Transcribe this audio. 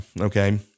okay